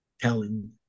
telling